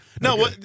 No